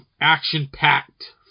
action-packed